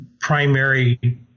primary